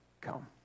Come